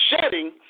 shedding